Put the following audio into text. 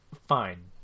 Fine